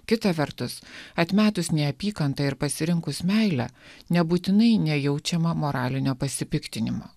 kita vertus atmetus neapykantą ir pasirinkus meilę nebūtinai nejaučiama moralinio pasipiktinimo